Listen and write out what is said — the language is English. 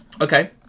Okay